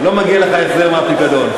לא מגיע לך החזר מהפיקדון.